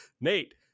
Nate